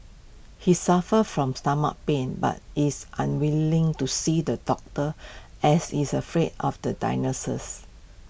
he suffers from stomach pains but is unwilling to see the doctor as he is afraid of the diagnosis